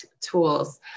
tools